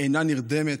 אינה נרדמת,